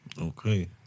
Okay